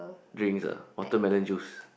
drinks ah watermelon juice